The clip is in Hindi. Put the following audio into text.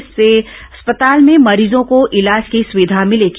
इससे अस्पताल में मरीजों को इलाज की सुविधा मिलेगी